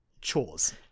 chores